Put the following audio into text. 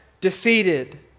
defeated